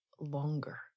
Longer